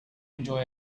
enjoy